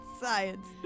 Science